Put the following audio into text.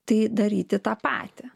tai daryti tą patį